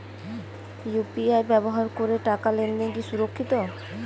UPI ব্যবহার করে টাকা লেনদেন কি সুরক্ষিত?